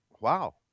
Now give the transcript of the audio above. wow